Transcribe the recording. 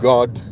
God